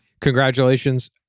Congratulations